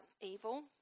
evil